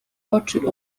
oczy